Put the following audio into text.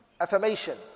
Affirmation